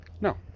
No